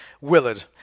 Willard